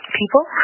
people